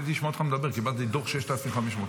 לוועדת הכלכלה